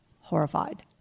horrified